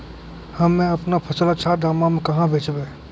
हम्मे आपनौ फसल अच्छा दामों मे कहाँ बेचबै?